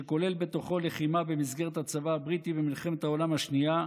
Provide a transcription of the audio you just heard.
שכולל בתוכו לחימה במסגרת הצבא הבריטי במלחמת העולם השנייה,